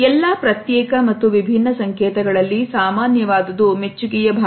ಎಲ್ಲಾ ಪ್ರತ್ಯೇಕ ಮತ್ತು ವಿಭಿನ್ನ ಸಂಕೇತಗಳಲ್ಲಿ ಸಾಮಾನ್ಯವಾದುದು ಮೆಚ್ಚುಗೆಯ ಭಾವನೆ